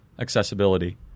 accessibility